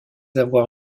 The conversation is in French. avoir